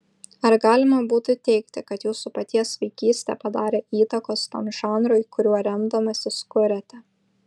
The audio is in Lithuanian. ar galima būtų teigti kad jūsų paties vaikystė padarė įtakos tam žanrui kuriuo remdamasis kuriate